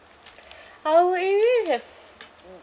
our area have